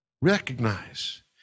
recognize